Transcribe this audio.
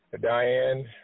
Diane